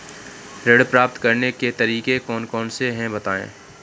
ऋण प्राप्त करने के तरीके कौन कौन से हैं बताएँ?